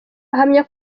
ahamya